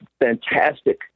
fantastic